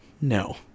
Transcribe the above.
no